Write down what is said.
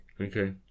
Okay